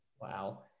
Wow